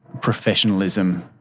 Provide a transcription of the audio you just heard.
professionalism